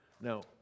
Now